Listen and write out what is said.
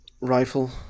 rifle